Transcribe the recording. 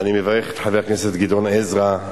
אני מברך את חבר הכנסת גדעון עזרא,